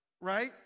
Right